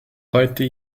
heute